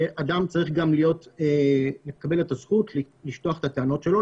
ואדם צריך גם לקבל את הזכות לשטוח את הטענות שלו,